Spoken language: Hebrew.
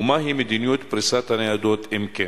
ומהי מדיניות פריסת הניידות, אם כן?